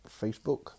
Facebook